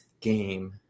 game